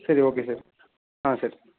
சரி okay sir ஆ sir